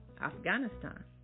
Afghanistan